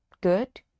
good